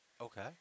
Okay